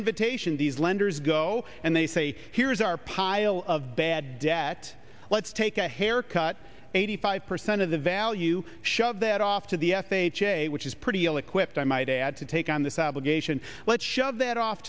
invitation these lenders go and they say here's our pile of bad debt let's take a haircut eighty five percent of the value shove that off to the which is pretty ill equipped i might add to take on this obligation let's show that off